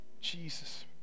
Jesus